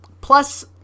plus